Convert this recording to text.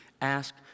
Ask